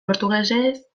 portugesez